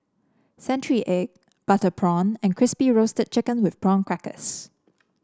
Century Egg Butter Prawn and Crispy Roasted Chicken with Prawn Crackers